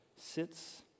sits